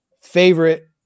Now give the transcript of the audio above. favorite